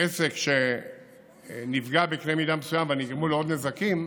עסק שנפגע בקנה מידה מסוים ונגרמו לו עוד נזקים,